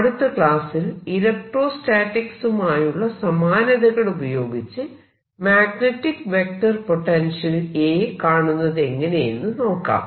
അടുത്ത ക്ലാസ്സിൽ ഇലക്ട്രോസ്റ്റാറ്റിക്സുമായുള്ള സമാനതകൾ ഉപയോഗിച്ച് മാഗ്നെറ്റിക് വെക്റ്റർ പൊട്ടൻഷ്യൽ A കാണുന്നതെങ്ങനെയെന്നു നോക്കാം